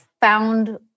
found